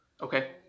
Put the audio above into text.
Okay